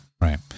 Right